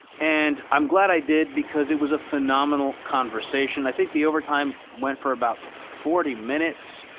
and i'm glad i did because it was a phenomenal conversation. i think the overtime went for about forty minutes.